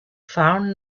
found